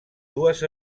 dues